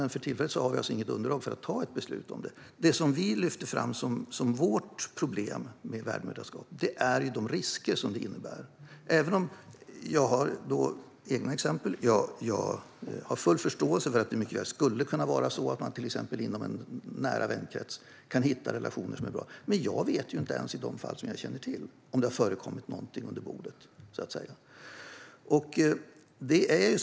Men för tillfället har vi alltså inget underlag för att ta ett beslut om detta. Det som vi lyfter fram som vårt problem med värdmoderskap är de risker som det innebär. Även om jag känner till egna exempel på att man i en nära vänkrets kan hitta relationer som är bra vet jag inte om det, så att säga, har förekommit någonting under bordet i de fallen.